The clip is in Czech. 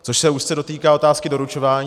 Což se úzce dotýká otázky doručování.